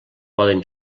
poden